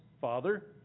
father